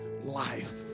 life